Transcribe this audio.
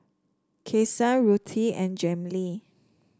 Kason Ruthie and Jamey